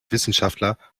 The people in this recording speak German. wissenschaftler